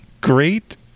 Great